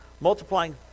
Multiplying